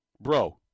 Bro